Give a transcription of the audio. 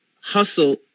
hustle